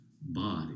body